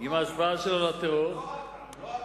עם ההשפעה שלו על הטרור, לא אכרם.